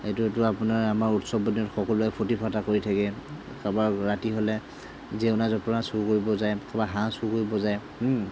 এইটোতো আপোনাৰ আমাৰ উৎসৱ বুলি সকলোৱে ফুৰ্তি ফাৰ্তা কৰি থাকে তাৰপৰা ৰাতি হ'লে জেউৰা জপনা চুৰ কৰিব যায় কাৰোবাৰ হাঁহ চুৰি কৰিব যায়